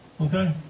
Okay